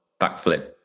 backflip